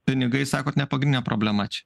pinigai sakot nepagrindinė problema čia